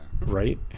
Right